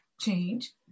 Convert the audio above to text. change